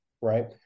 right